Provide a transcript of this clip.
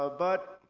ah but,